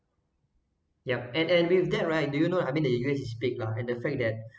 yup and and with that right do you know I mean the U_S is big lah and the fact that